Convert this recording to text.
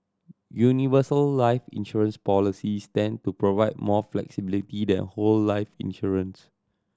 universal life insurance policies tend to provide more flexibility than whole life insurance